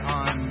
on